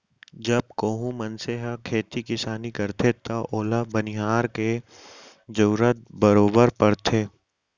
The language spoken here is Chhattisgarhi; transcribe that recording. जब कोहूं मनसे ह खेती किसानी करथे तव ओला बनिहार के जरूरत बरोबर परथे